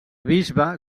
bisbe